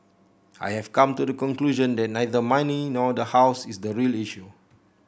I have come to the conclusion that neither money nor the house is the real issue